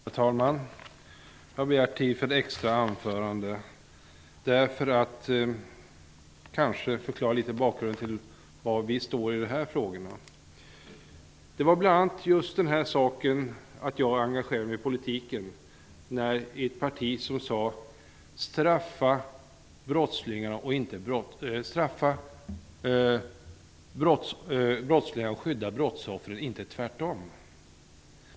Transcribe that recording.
Herr talman! Jag har begärt tid för ett extra anförande för att något förklara bakgrunden till var vi i Ny demokrati står i dessa frågor. Ett parti som sade: Straffa brottslingarna och skydda brottsoffren, inte tvärtom, var bl.a. ett av de skäl som gjorde att jag engagerade mig i politiken.